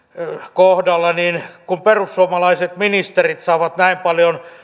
kohdalla perussuomalaiset ministerit saavat näin paljon